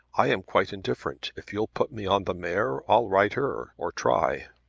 i am quite indifferent. if you'll put me on the mare i'll ride her or try.